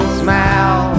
smile